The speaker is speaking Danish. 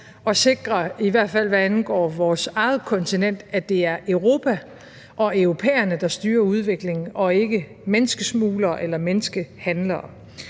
fald hvad angår vores eget kontinent – at det er Europa og europæerne, der styrer udviklingen, og ikke menneskesmuglere eller menneskehandlere.